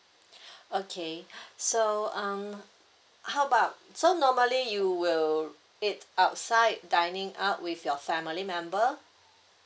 okay so um how about so normally you will eat outside dining out with your family member